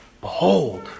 Behold